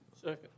Second